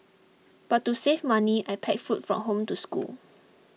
but to save money I packed food from home to school